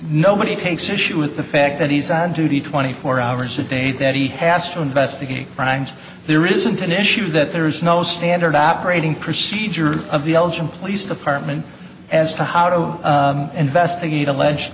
nobody takes issue with the fact that he's on duty twenty four hours a day that he has to investigate crimes there isn't an issue that there is no standard operating procedure of the elgin place department as to how to investigate alleged